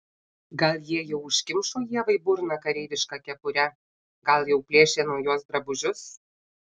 gal jie jau užkimšo ievai burną kareiviška kepure gal jau plėšia nuo jos drabužius